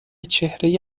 چهره